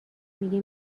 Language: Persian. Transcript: میگه